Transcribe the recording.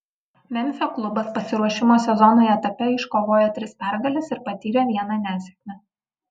memfio klubas pasiruošimo sezonui etape iškovojo tris pergales ir patyrė vieną nesėkmę